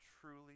truly